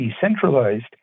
decentralized